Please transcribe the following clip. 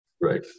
Right